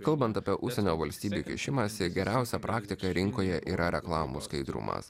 kalbant apie užsienio valstybių kišimąsi geriausia praktika rinkoje yra reklamų skaidrumas